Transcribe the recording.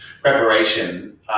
preparation